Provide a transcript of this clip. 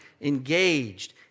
engaged